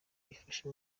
ifashe